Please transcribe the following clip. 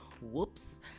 whoops